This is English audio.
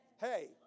Hey